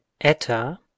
eta